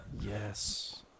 yes